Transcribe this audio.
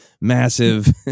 massive